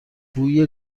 بوی